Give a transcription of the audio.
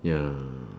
ya